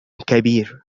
كبير